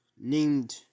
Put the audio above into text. named